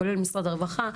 כולל משרד הרווחה,